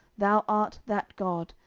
thou art that god,